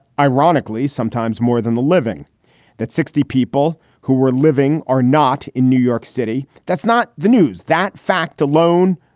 ironically, sometimes more than the living that sixty people who were living are not in new york city. that's not the news. that fact alone,